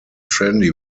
trendy